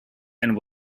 and